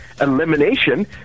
elimination